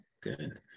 good